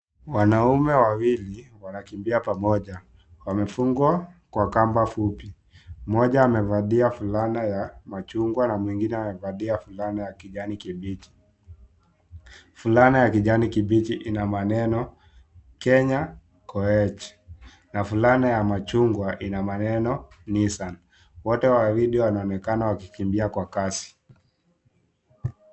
Wanaume wawili wanakimbia pamoja wamefungwa kwa kamba fupi, mmoja amevalia fulana ya machungwa na mwingine amevalia fulana ya kijani kibichi, fulana ya kijani kibichi ina maneno Kenya Koech na fulana ya machungwa ina maneno Nissan, wote wawili wanaonekana wakikimbia kwa kazi.